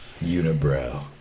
Unibrow